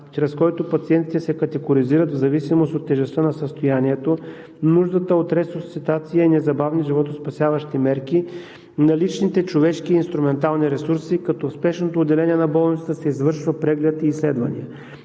чрез който пациентите се категоризират в зависимост от тежестта на състоянието, нуждата от ресусцитация и незабавно животоспасяващи мерки, наличните човешки инструментални ресурси, като в спешното отделение на болницата се извършва преглед и изследване.